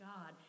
God